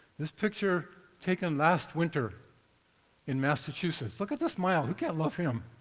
this picture, taken last winter in massachusetts look at the smile, look at all of him.